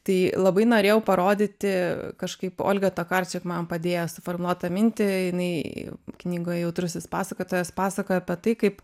tai labai norėjau parodyti kažkaip olga tokarczuk man padėjo suformuot tą mintį jinai knygoje jautrusis pasakotojas pasakoja apie tai kaip